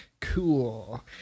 cool